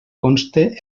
conste